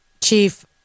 chief